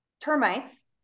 Termites